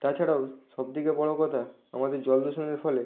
তাছাড়াও সব থেকে বড়ো কথা আমাদের জল দূষণের ফলে